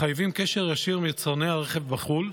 מחייבים קשר ישיר עם יצרני הרכב בחו"ל,